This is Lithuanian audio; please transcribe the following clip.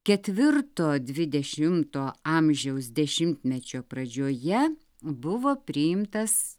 ketvirto dvidešimto amžiaus dešimtmečio pradžioje buvo priimtas